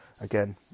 again